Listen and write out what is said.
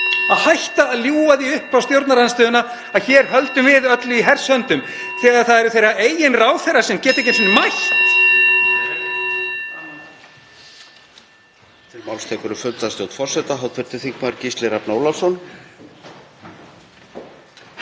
að hætta að ljúga því upp á stjórnarandstöðuna að hér höldum við öllu í hers höndum þegar það eru þeirra eigin ráðherrar sem geta ekki einu sinni mætt.